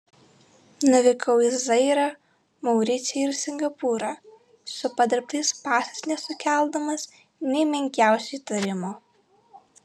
nuvykau į zairą mauricijų ir singapūrą su padirbtais pasais nesukeldamas nė menkiausio įtarimo